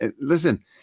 listen